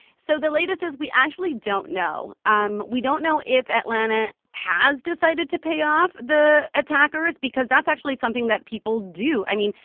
so the latest is, we actually don't know. um we don't know if atlanta has decided to pay off the attackers because that's actually something that people do. i mean.